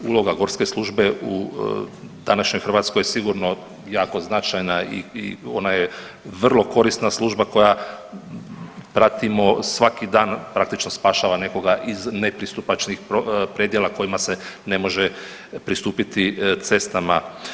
Uloga gorske službe u današnjoj Hrvatskoj sigurno jako značajna i ona je vrlo korisna služba koja pratimo svaki dan praktički spašava nekoga iz nepristupačnih predjela kojima se ne može pristupiti cestama.